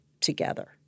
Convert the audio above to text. together